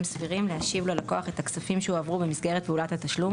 סבירים להשיב ללקוח את הכספים שהועברו במסגרת פעולת התשלום,